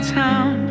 town